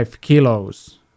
kilos